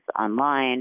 online